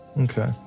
Okay